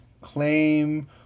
claim